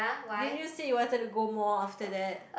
didn't you said you wanted to go more after that